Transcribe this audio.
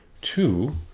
two